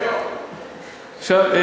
עכשיו,